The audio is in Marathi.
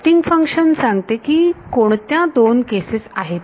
टेस्टिंग फंक्शन सांगते की कोणत्या दोन केसेस आहेत